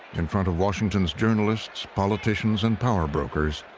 in front of washington's journalists, politicians, and powerbrokers,